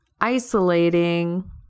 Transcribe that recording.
isolating